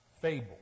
fable